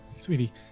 Sweetie